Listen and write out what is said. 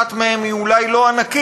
אשר כל אחת מהן אולי לא ענקית,